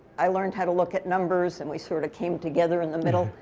i learned how to look at numbers, and we sort of came together in the middle.